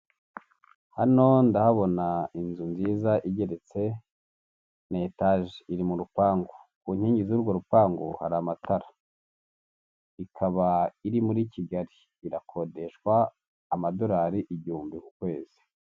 Hano ndahabona inzu nziza igeretse na etage iri mu rupangu, ku nkingi z'urwo rupangu hari amatara, ikaba iri muri Kigali irakodeshwa amadolari igihumbi ku kwezi.